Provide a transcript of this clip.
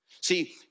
See